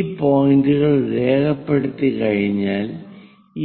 ഈ പോയിന്റുകൾ രേഖപ്പെടുത്തിക്കഴിഞ്ഞാൽ